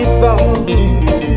thoughts